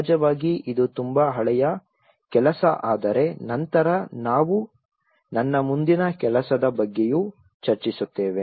ಸಹಜವಾಗಿ ಇದು ತುಂಬಾ ಹಳೆಯ ಕೆಲಸ ಆದರೆ ನಂತರ ನಾವು ನನ್ನ ಮುಂದಿನ ಕೆಲಸದ ಬಗ್ಗೆಯೂ ಚರ್ಚಿಸುತ್ತೇವೆ